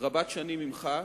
רבת-שנים עמך,